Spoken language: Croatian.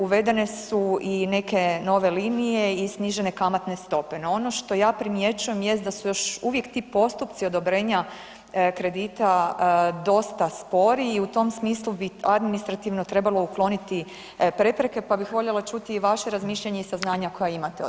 Uvedene su i neke nove linije i snižene kamatne stope no ono što ja primjećujem jest da su još uvijek ti postupci odobrenja kredita dosta spori i u tom smislu bi administrativno trebalo ukloniti prepreke pa bih voljela čuti i vaše razmišljanje i saznanja koja imate o tome.